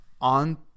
on